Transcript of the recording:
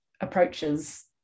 approaches